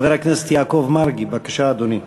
חבר הכנסת יעקב מרגי, בבקשה, אדוני.